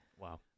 Wow